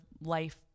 life